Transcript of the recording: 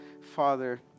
Father